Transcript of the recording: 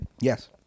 Yes